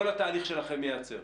כל התהליך שלכם ייעצר.